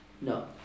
No